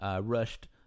Rushed